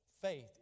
faith